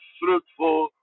fruitful